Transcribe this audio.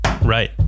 Right